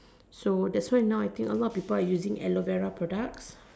so that's why now I think a lot of people are now using aloe Vera products